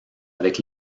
avec